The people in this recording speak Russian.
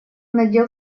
надел